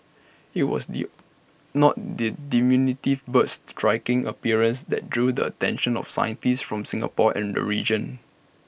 IT was the not the diminutive bird's striking appearance that drew the attention of scientists from Singapore and region